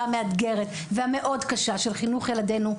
המאתגרת והקשה מאוד של חינוך ילדינו,